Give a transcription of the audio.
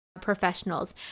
professionals